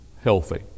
healthy